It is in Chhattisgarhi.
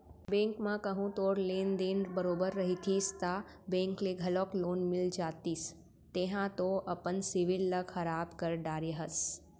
बेंक म कहूँ तोर लेन देन बरोबर रहितिस ता बेंक ले घलौक लोन मिल जतिस तेंहा तो अपन सिविल ल खराब कर डरे हस